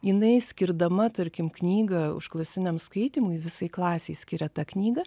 jinai skirdama tarkim knygą užklasiniam skaitymui visai klasei skiria tą knygą